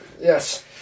Yes